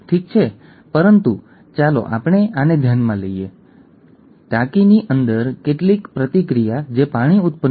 અને તેથી આપણને સિકલ સેલ એનિમિયા થાય છે ખરું ને